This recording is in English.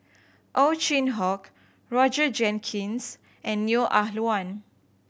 Ow Chin Hock Roger Jenkins and Neo Ah Luan